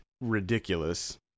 ridiculous